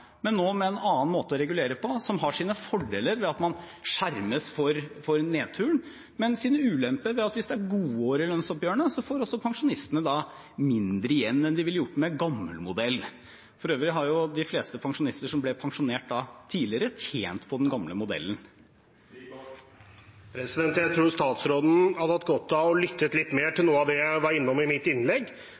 men nå med en annen måte å regulere på, som har sine fordeler ved at man skjermes for nedturen, og sine ulemper ved at hvis det er gode år i lønnsoppgjørene, får også pensjonistene mindre igjen enn de ville gjort med gammel modell. For øvrig har de fleste pensjonister som ble pensjonert tidligere, tjent på den gamle modellen. Jeg tror statsråden hadde hatt godt av å lytte litt mer til noe av det jeg var innom i mitt innlegg.